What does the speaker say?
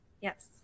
yes